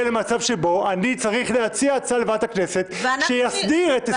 למצב שבו אני צריך להציע הצעה לוועדת הכנסת שתסדיר את הסדר הדיון